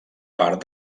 part